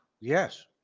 Yes